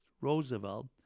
Roosevelt